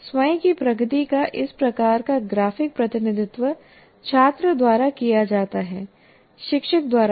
स्वयं की प्रगति का इस प्रकार का ग्राफिक प्रतिनिधित्व छात्र द्वारा किया जाता है शिक्षक द्वारा नहीं